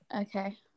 Okay